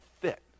fit